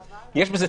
עד מתי?